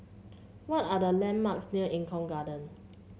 what are the landmarks near Eng Kong Garden